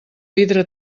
vidre